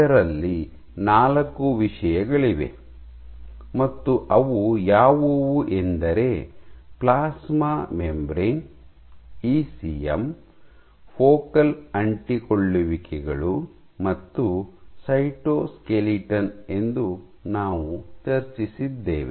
ಇದರಲ್ಲಿ ನಾಲ್ಕು ವಿಷಯಗಳಿವೆ ಮತ್ತು ಅವು ಯಾವುವು ಎಂದರೆ ಪ್ಲಾಸ್ಮಾ ಮೆಂಬರೇನ್ ಇಸಿಎಂ ಫೋಕಲ್ ಅಂಟಿಕೊಳ್ಳುವಿಕೆಗಳು ಮತ್ತು ಸೈಟೋಸ್ಕೆಲಿಟನ್ ಎಂದು ನಾವು ಚರ್ಚಿಸಿದ್ದೇವೆ